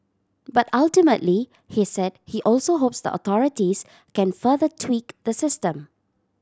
but ultimately he said he also hopes the authorities can further tweak the system